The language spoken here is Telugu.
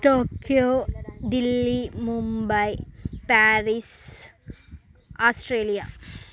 Tokyo Delhi Mumbai Paris Australia